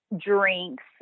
drinks